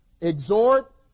exhort